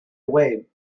away